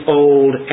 old